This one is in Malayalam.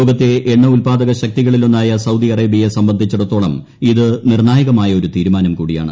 ലോകത്തെ എണ്ണ ഉൽപാദക ശക്തികളിലൊന്നായ സൌദി അറേബ്യയെ സംബന്ധിച്ചിടത്തോളം ഇത് നിർണ്ണായകമായ ഒരു തീരുമാനം കൂടിയാണ്